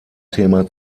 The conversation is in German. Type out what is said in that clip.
thema